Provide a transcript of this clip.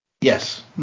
Yes